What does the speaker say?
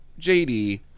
JD